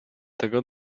tego